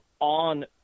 on